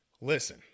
Listen